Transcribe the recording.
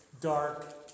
dark